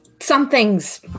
something's